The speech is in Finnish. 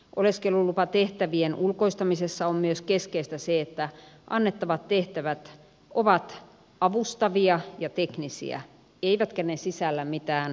oleskelulupatehtävien ulkoistamisessa on keskeistä myös se että annettavat tehtävät ovat avustavia ja teknisiä eivätkä ne sisällä mitään päätöksentekovaltaa